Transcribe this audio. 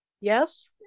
yes